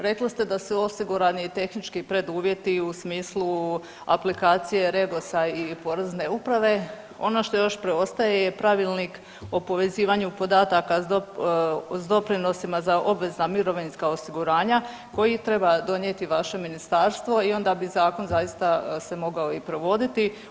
Rekli ste da su osigurani i tehnički preduvjeti u smislu aplikacije REGOS-a i Porezne uprave ono što još preostaje je Pravilnik o povezivanju podataka s doprinosima za obvezna mirovinska osiguranja koji treba donijeti vaše ministarstvo i onda bi zakon zaista i mogao se i provoditi.